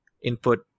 input